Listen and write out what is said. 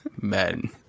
Men